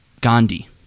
Gandhi